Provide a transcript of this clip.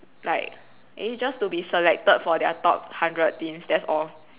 like eh just to be selected for their top hundred teams that's all